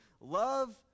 Love